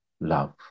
love